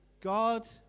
God